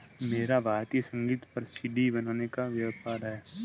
मेरा भारतीय संगीत पर सी.डी बनाने का व्यापार है